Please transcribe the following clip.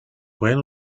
pueden